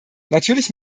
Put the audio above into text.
natürlich